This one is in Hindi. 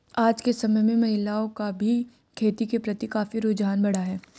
आज के समय में महिलाओं का भी खेती के प्रति काफी रुझान बढ़ा है